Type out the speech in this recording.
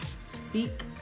speak